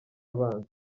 abanza